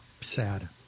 Sad